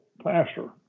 pastor